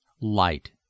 light